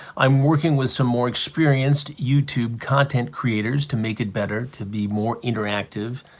i'm working with some more experienced youtube content creators to make it better, to be more interactive,